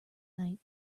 night